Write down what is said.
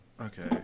Okay